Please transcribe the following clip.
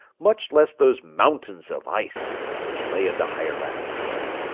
much less those mountains of ice which lay in the higher latitudes.